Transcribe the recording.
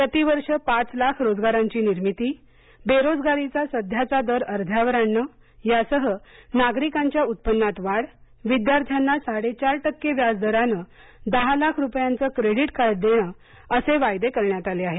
प्रती वर्ष पाच लाख रोजगारांची निर्मिती बेरोजगारीचा सध्याचा दर अध्यावर आणणे यासह नागरिकांच्या उत्पन्नात वाढ विद्यार्थ्यांना साडे चार टक्के व्याज दराने दहा लाख रुपयांचे क्रेडीट कार्ड देणे असे वायदे करण्यात आले आहेत